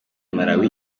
malawi